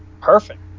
Perfect